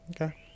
Okay